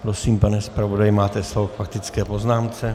Prosím, pane zpravodaji, máte slovo k faktické poznámce.